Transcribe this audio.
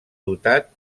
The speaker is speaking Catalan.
dotat